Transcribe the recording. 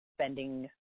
spending